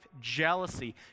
jealousy